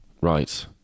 Right